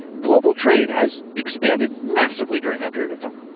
global trade has expanded massively during that period of time.